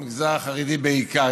במגזר החרדי בעיקר,